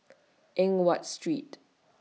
Eng Watt Street